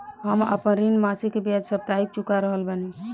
हम आपन ऋण मासिक के बजाय साप्ताहिक चुका रहल बानी